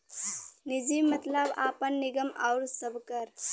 निजी मतलब आपन, निगम आउर सबकर